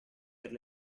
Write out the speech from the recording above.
per